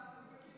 ואתה,